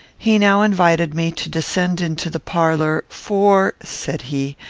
he now invited me to descend into the parlour for, said he,